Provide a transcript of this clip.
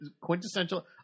quintessential